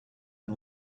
and